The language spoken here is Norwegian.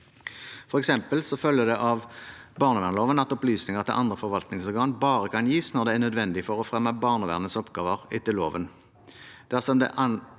For eksempel følger det av barnevernsloven at opplysninger til andre forvaltningsorgan bare kan gis når det er nødvendig for å fremme barnevernets oppgaver etter loven.